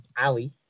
Ali